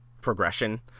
progression